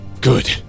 Good